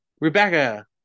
Rebecca